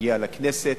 הגיעה לכנסת.